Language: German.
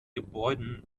gebäuden